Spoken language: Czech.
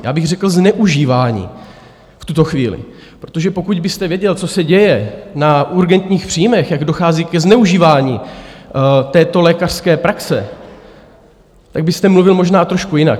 Já bych řekl zneužívání v tuto chvíli, protože pokud byste věděl, co se děje na urgentních příjmech, jak dochází ke zneužívání této lékařské praxe, tak byste mluvil možná trošku jinak.